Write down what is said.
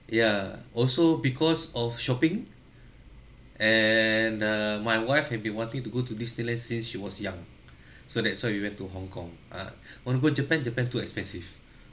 ya also because of shopping and uh my wife had been wanting to go to disneyland since she was young so that's why we went to hong kong ah oh you go japan japan too expensive